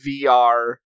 VR